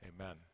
Amen